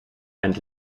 and